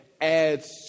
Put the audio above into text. adds